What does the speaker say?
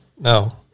No